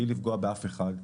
מבלי לפגוע באף אחד.